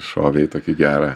šovei tokį gerą